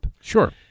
sure